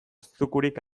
zukurik